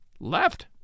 Left